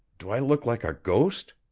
do i look like a ghost?